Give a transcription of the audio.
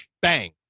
bang